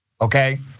okay